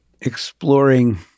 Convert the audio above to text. exploring